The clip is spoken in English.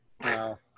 Wow